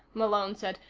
malone said.